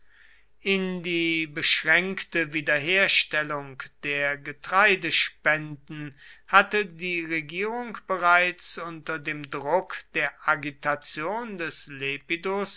in die beschränkte wiederherstellung der getreidespenden hatte die regierung bereits unter dem druck der agitation des